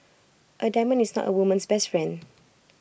A diamond is not A woman's best friend